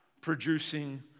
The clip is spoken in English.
producing